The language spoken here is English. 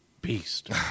beast